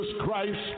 Christ